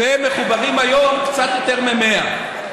ומחוברים היום קצת יותר מ-100.